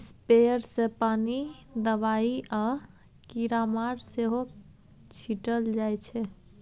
sprayer सँ पानि, दबाइ आ कीरामार सेहो छीटल जाइ छै